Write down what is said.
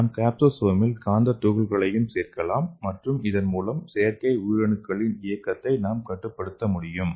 நாம் காப்சோசோமில் காந்தத் துகள்களையும் சேர்க்கலாம் மற்றும் இதன் மூலம் செயற்கை உயிரணுக்களின் இயக்கத்தை நாம் கட்டுப்படுத்த முடியும்